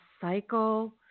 cycle